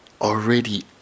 already